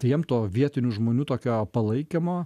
jiem to vietinių žmonių tokio palaikymo